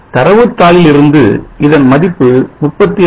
தரவு தாளிலிருந்து இதன் மதிப்பு 36